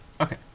Okay